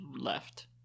left